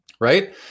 Right